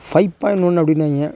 five point one அப்படின்னாய்ங்க